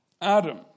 Adam